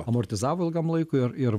amortizavo ilgam laikui ir ir